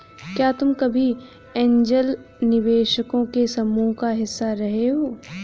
क्या तुम कभी ऐन्जल निवेशकों के समूह का हिस्सा रहे हो?